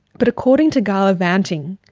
but according to gala vanting,